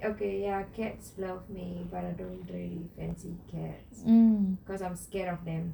okay ya cats love me but I don't really fancy cats because I'm scared of them